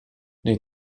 nei